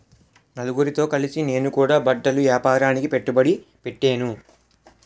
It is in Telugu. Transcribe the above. నలుగురితో కలిసి నేను కూడా బట్టల ఏపారానికి పెట్టుబడి పెట్టేను